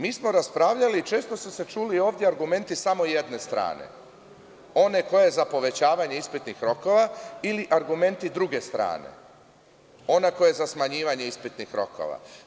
Mi smo raspravljali, često su se čuli ovde argumenti samo jedne strane, one koja je za povećavanje ispitnih rokova, ili argumenti druge strane, ona koja je za smanjivanje ispitnih rokova.